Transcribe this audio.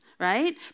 right